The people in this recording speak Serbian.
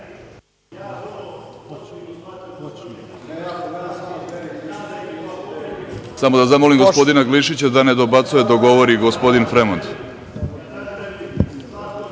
da zamolim gospodina Glišića da ne dobacuje dok govori gospodin Fremond.(Vladan